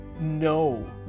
no